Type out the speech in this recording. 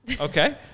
Okay